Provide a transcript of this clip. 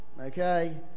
okay